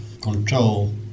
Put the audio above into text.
control